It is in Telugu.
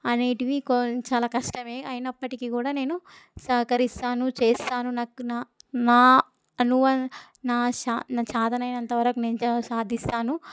అనేటివి కొ చాలా కష్టమే అయినప్పటికీ కూడా నేను సహకరిస్తాను చేస్తాను నాకు నా నా అను నా శ చేతనైనంతవరకు నేను సాధిస్తాను